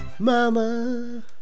Mama